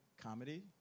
comedy